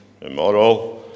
immoral